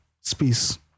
space